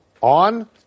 On